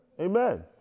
Amen